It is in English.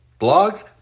Blogs